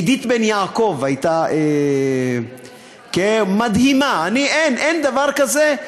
עידית בן-יעקב הייתה, כן, מדהימה, אין דבר כזה.